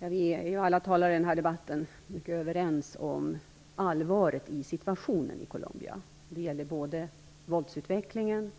Herr talman! Alla vi talare i den här debatten är mycket överens om allvaret i situationen i Colombia. Det gäller både våldsutvecklingen